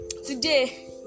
Today